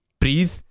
Breathe